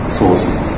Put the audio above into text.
sources